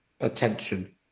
attention